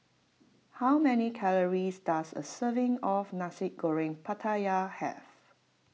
how many calories does a serving of Nasi Goreng Pattaya have